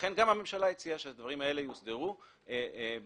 לכן גם הממשלה הציעה שהדברים האלה יוסדרו כמכלול.